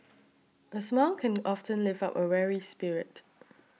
a smile can often lift up a weary spirit